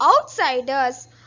Outsiders